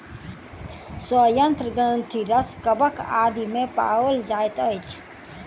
सयंत्र ग्रंथिरस कवक आदि मे पाओल जाइत अछि